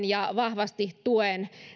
ja vahvasti tuen